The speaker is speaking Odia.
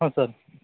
ଆଚ୍ଛା